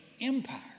Empire